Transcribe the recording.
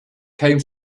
came